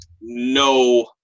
no